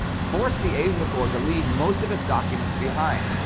forced the asia corps to leave most of its documents behind,